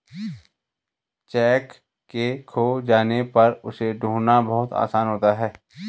cheque के खो जाने पर उसे ढूंढ़ना बहुत आसान होता है